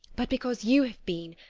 but because you have been,